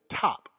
top